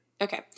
Okay